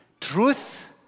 Truth